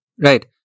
right